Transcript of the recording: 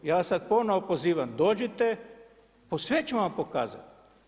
Ja vas sada ponovo pozivam, dođite, sve ću vam pokazati.